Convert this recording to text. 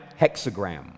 hexagram